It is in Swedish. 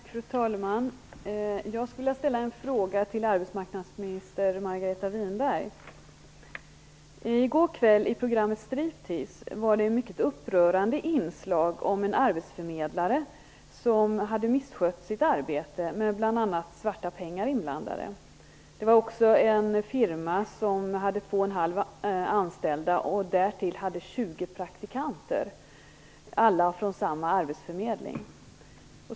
Fru talman! Jag skulle vilja ställa en fråga till arbetsmarknadsminister Margareta Winberg. I går kväll var det i programmet Striptease ett mycket upprörande inslag om en arbetsförmedlare som hade misskött sitt arbete. Det var bl.a. svarta pengar inblandade. Det handlade också om en firma som hade två och en halv anställda och som därtill hade 20 praktikanter - alla från samma arbetsförmedling!